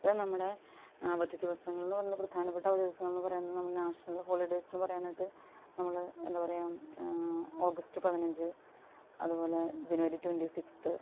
വെ നമ്മുടെ അവധിദിവസങ്ങള് എന്ന് പറഞ്ഞ് പ്രധാനപ്പെട്ട അവധി ദിവസം എന്ന് പറയുന്നത് നമ്മുടെ നാഷ്ണല് ഹോളിഡേയ്സ് എന്ന് പറയാനായിട്ട് നമ്മള് എന്താ പറയുക ഓഗസ്റ്റ് പതിനഞ്ച് അതുപോലെ ജനുവരി ട്വൊന്റി സിക്സ്ത്ത്